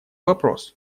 вопрос